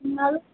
বাৰু